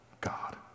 God